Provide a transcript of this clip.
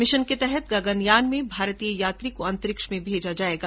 mission के तहत गगनयान में भारतीय यात्री को अंतरिक्ष में भेजा जाएगा